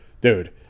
dude